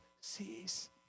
sees